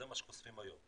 זה מה שעושים היום,